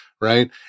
right